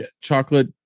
chocolate